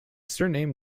surname